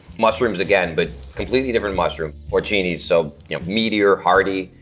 mushrooms again but completely different mushroom, porcini so meatier, hearty,